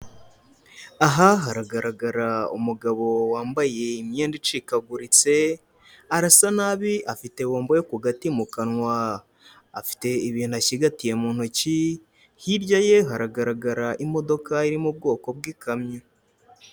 Aha haragaragara umugabo wambaye imyenda icikaguritse arasa nabi afite bombo yo ku gati mu kanwa, afite ibintu acigatiye mu ntoki, hirya ye haragaragara imodoka iri mu bwoko bw'ikamyo.